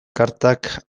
kartak